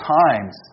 times